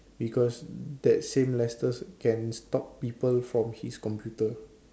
because that same Lester can stalk people from his computer